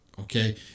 okay